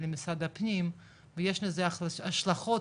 למשרד הפנים ויש לזה השלכות,